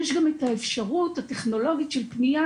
יש גם את האפשרות הטכנולוגית של פנייה